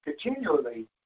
continually